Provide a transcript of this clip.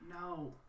no